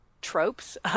tropes